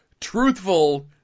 truthful